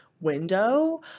window